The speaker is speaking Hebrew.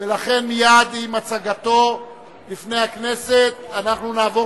ולכן מייד עם הצגתה לפני הכנסת נעבור